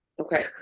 Okay